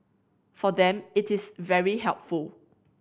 for them it is very helpful